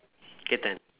kitten